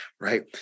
right